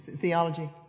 theology